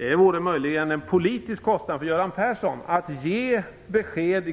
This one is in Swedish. Det vore möjligen en politisk kostnad för Göran Persson att i